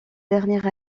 dernières